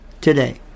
today